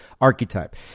archetype